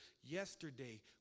yesterday